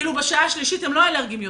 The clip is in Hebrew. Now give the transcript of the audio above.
כאילו בשעה השלישית הם לא אלרגיים יותר.